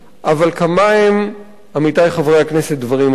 אבל כמה הם דברים אמיתיים.